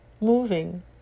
moving